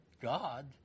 God